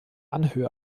anhöhe